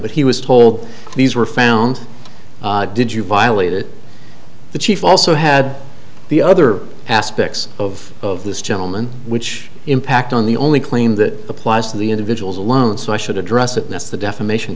but he was told these were found did you violate it the chief also had the other aspects of of this gentleman which impact on the only claim that applies to the individuals alone so i should address it that's the defamation